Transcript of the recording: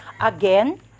Again